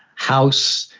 house.